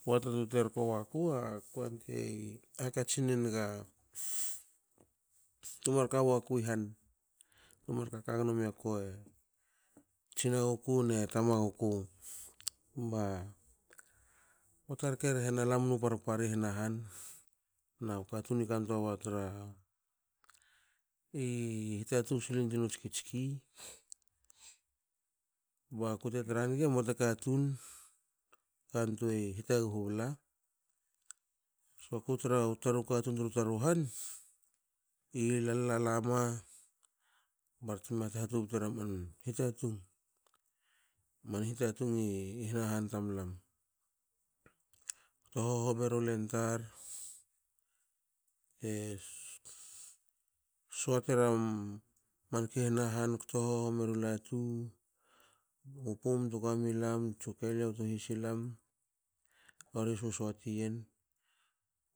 Pota tu terko waku ko antuei hakatsi enga tu mar kawaku i han tumar kaka gno miaku e tsinaguku ne tama guku. ba pota rke e rehena lam mnu parpari hana han na katun i kantua wa tra i hitatung silin tuinu tskitski bakute tra nigi emua ta katun ka anuei hitaguhu bla. so kutra u taru katun tru taru han ilal lalama bartme hat hatubutera man hitatung. man hitatung i hana han tamlam. kto hohomi eru len tar bte soate ra manka i hana han kto hohomi eru latu nu pum tu kamilam bu keliou rori susotien